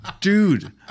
Dude